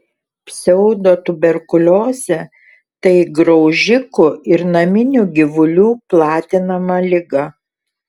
pseudotuberkuliozė tai graužikų ir naminių gyvulių platinama liga